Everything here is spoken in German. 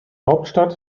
hauptstadt